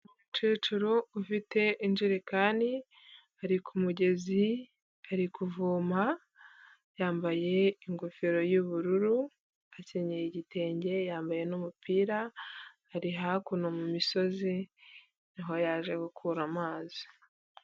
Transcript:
Umukecuru ufite injerekani ari ku mugezi ari kuvoma, yambaye ingofero y'ubururu, akenyera igitenge, yambaye n'umupira ari hakuno mu misozi niho yaje gukura amazi.